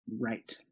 Right